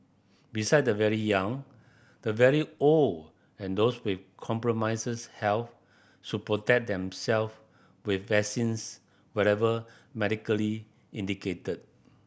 besides the very young the very old and those with compromises health should protect themself with vaccines whenever medically indicated